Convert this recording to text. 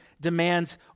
demands